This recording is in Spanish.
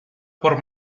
por